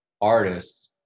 artist